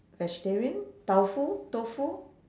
vegetarian tau fu tofu